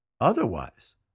Otherwise